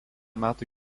metų